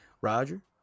roger